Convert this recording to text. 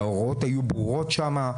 וההוראות היו ברורות שם,